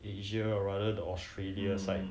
asia or rather the australia side